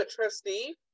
trustee